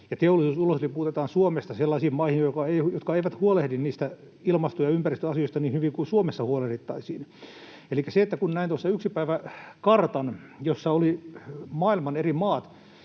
teollisuus ulosliputetaan Suomesta sellaisiin maihin, jotka eivät huolehdi ilmasto- ja ympäristöasioista niin hyvin kuin Suomessa huolehdittaisiin. Näin tuossa yksi päivä kartan, jossa oli maailman eri maat